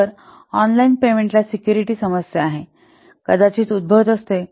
तर ऑनलाइन पेमेंटला सिक्युरीटी समस्या आहे हि कदाचित उद्भवत असते